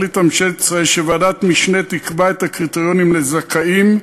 החליטה ממשלת ישראל שוועדת משנה תקבע את הקריטריונים לזכאים,